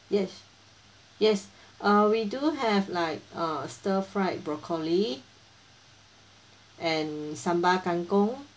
yes yes uh we do have like uh stir fried broccoli and sambal kang kong